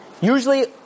Usually